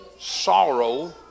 sorrow